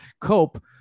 cope